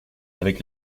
avec